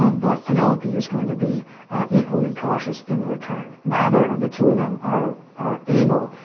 um but penelope is going to be equally cautious in return. neither of the two of them are, are able.